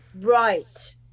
Right